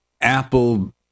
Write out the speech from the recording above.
Apple